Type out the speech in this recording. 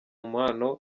mpano